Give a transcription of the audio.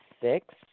six